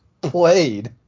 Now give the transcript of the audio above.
played